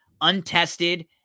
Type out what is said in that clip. untested